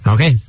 Okay